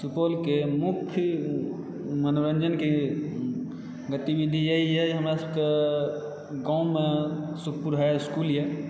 सुपौलके मुख्य मनोरञ्जनके गतिविधि यहींए हमरा सभकऽ गाँवमे सुखपुर हाई इस्कूल यऽ